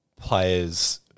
players